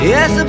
Yes